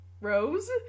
Rose